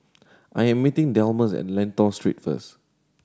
I am meeting Delmus at Lentor Street first